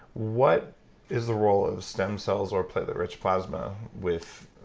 what is the role of stem cells or platelet-rich plasma with